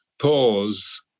pause